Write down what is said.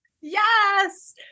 Yes